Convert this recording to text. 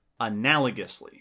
analogously